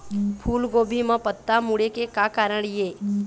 फूलगोभी म पत्ता मुड़े के का कारण ये?